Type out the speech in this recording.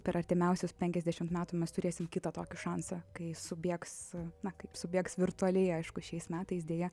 per artimiausius penkiasdešimt metų mes turėsime kitą tokį šansą kai subėgs na kaip subėgs virtualiai aišku šiais metais deja